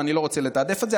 ואני לא רוצה לתעדף את זה,